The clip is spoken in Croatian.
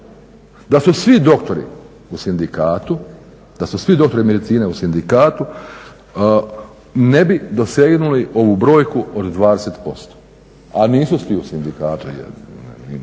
Da su svi doktori u sindikatu, da su svi doktori medicine u sindikatu ne bi dosegnuli ovu brojku od 20%, a nisu svi u sindikatu, znamo